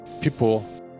people